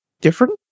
different